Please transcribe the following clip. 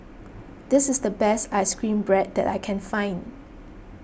this is the best Ice Cream Bread that I can find